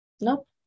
nope